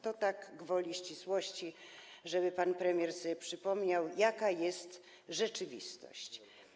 To tak gwoli ścisłości, żeby pan premier sobie przypomniał, jaka jest rzeczywistość.